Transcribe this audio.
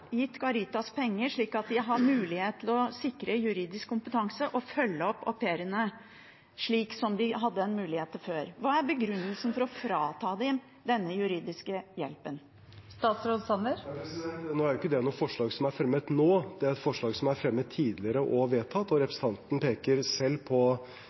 gitt Caritas penger slik at de har mulighet til å sikre juridisk kompetanse og følge opp au pairene, slik de hadde en mulighet til før. Hva er begrunnelsen for å frata dem denne juridiske hjelpen? Det er ikke et forslag som er fremmet nå. Det er et forslag som er fremmet tidligere og vedtatt, og representanten peker selv på